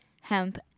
hemp